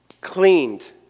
cleaned